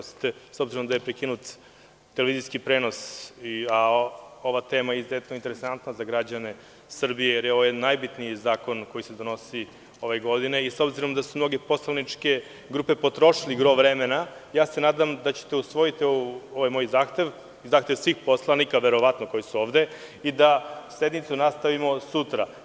S obzirom da je prekinut televizijski prenos, a ova tema je izuzetno interesantna za građane Srbije, jer je ovo najbitniji zakon koji se donosi ove godine i s obzirom da su mnoge poslaničke grupe potrošile gro vremena, nadam se da ćete usvojiti ovaj moj zahtev i zahtev svih poslanika, verovatno, koji su ovde, da sednicu nastavimo sutra.